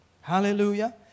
Hallelujah